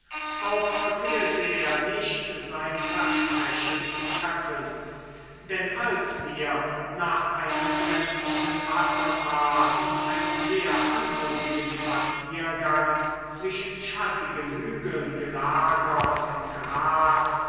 auch verfehlte er nicht sein versprechen zu erfüllen denn als wir nach einer glänzenden wasserfahrt und einem sehr anmutigen spaziergang zwischen schattigen hügeln gelagert im gras